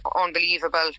unbelievable